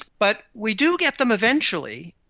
but we do get them eventually,